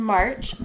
March